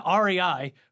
REI